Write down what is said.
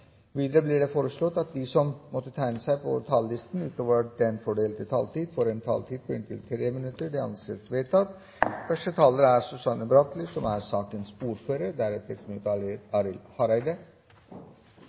Videre blir det foreslått at de som måtte tegne seg på talerlisten utover den fordelte taletid, får en taletid på inntil 3 minutter. – Det anses vedtatt.